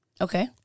Okay